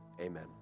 amen